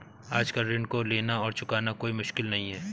आजकल ऋण को लेना और चुकाना कोई मुश्किल नहीं है